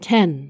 Ten